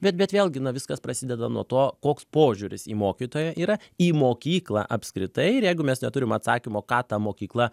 bet bet vėlgi na viskas prasideda nuo to koks požiūris į mokytoją yra į mokyklą apskritai ir jeigu mes neturim atsakymo ką ta mokykla